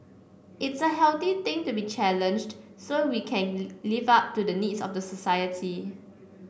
it's a healthy thing to be challenged so we can live up to the needs of the society